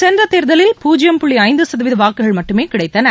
சென்ற தேர்தலில் பூஜ்யம் புள்ளி ஐந்து சதவீத வாக்குகள் மட்டுமே கிடைத்தன